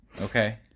Okay